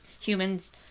Humans